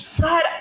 God